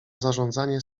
zarządzanie